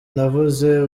navuze